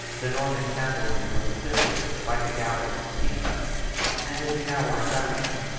the norman cavalry was assisted by the galleys of pisa and, in the hour of action,